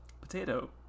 Potato